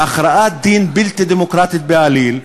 בהכרעת דין בלתי דמוקרטית בעליל,